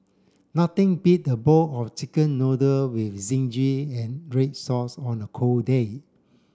nothing beat a bowl of chicken noodle with zingy and red sauce on a cold day